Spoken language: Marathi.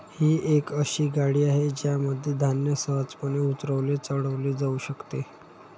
ही एक अशी गाडी आहे ज्यामध्ये धान्य सहजपणे उतरवले चढवले जाऊ शकते